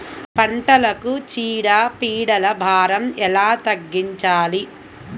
పంటలకు చీడ పీడల భారం ఎలా తగ్గించాలి?